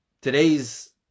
Today's